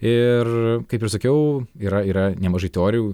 ir kaip ir sakiau yra yra nemažai teorijų